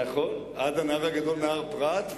נכון, עד הנהר הגדול נהר פרת.